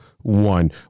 one